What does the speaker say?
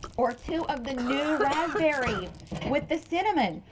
or two of the new raspberry with the cinnamon.